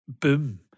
boom